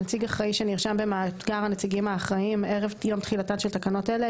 נציג אחראי שנרשם במאגר הנציגים האחראיים ערב יום תחילתן של תקנות אלה,